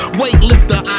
weightlifter